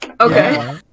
Okay